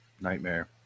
Nightmare